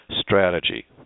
strategy